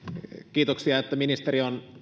kiitoksia että ministeri on